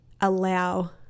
allow